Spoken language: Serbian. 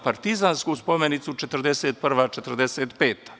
Partizansku spomenicu 1941-1945.